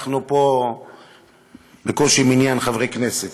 ואנחנו פה בקושי מניין חברי כנסת.